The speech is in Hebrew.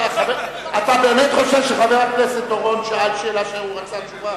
אתה באמת חושב שחבר הכנסת אורון שאל שאלה שהוא רצה עליה תשובה?